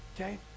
okay